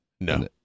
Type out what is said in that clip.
no